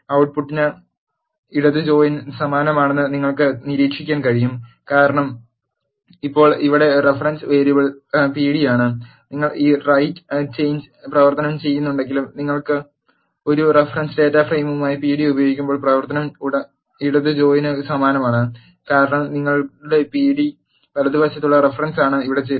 output ട്ട് പുട്ട് ഇടത് ജോയിന് സമാനമാണെന്ന് നിങ്ങൾക്ക് നിരീക്ഷിക്കാൻ കഴിയും കാരണം ഇപ്പോൾ ഇവിടെ റഫറൻസ് വേരിയബിൾ പിഡി ആണ് നിങ്ങൾ ഈ റൈറ്റ് ചേഞ്ച് പ്രവർത്തനം ചെയ്യുന്നുണ്ടെങ്കിലും നിങ്ങൾ ഒരു റഫറൻസ് ഡാറ്റ ഫ്രെയിമായി പിഡി ഉപയോഗിക്കുമ്പോൾ പ്രവർത്തനം ഇടത് ജോയിന് സമാനമാണ് കാരണം നിങ്ങളുടെ പിഡി വലതുവശത്തുള്ള റഫറൻസാണ് ഇവിടെ ചേരുന്നത്